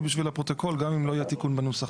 בשביל הפרוטוקול גם אם לא יהיה תיקון בנוסח.